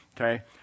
okay